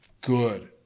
good